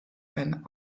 ein